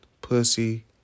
pussy